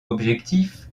objectifs